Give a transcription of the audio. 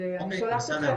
אוקיי, בסדר.